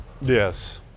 Yes